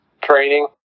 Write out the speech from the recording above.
training